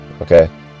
okay